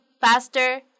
faster